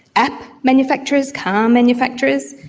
app manufacturers, car manufacturers.